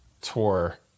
tour